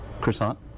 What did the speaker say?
croissant